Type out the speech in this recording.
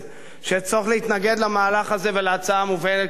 שיש צורך להתנגד למהלך הזה ולהצעה המובלת כאן היום.